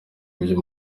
ibyo